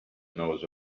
knows